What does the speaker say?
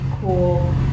cool